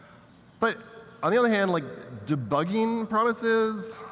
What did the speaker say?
but on the other hand, like debugging promises.